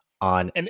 on